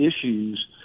issues